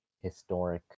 historic